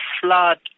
flood